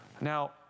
Now